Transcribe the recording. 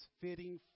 fitting